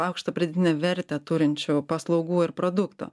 aukštą pridėtinę vertę turinčių paslaugų ir produktų